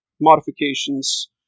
modifications